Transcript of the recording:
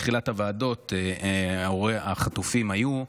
בתחילת הוועדות הורי החטופים היו,